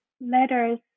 letters